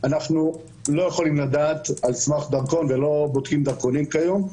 אנחנו לא יכולים לדעת על סמך דרכון ולא בודקים דרכונים היום.